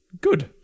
Good